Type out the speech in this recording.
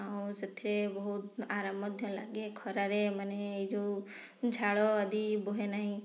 ଆଉ ସେଥିରେ ବହୁତ ଆରମ୍ ମଧ୍ୟ ଲାଗେ ଖରାରେ ମାନେ ଏ ଯେଉଁ ଝାଳ ଆଦି ବୋହେ ନାହିଁ